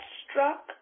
struck